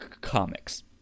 comics